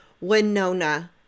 Winona